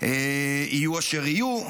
יהיו אשר יהיו,